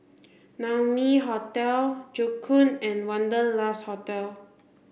Naumi Hotel Joo Koon and Wanderlust Hotel